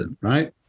right